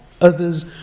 others